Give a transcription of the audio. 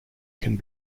can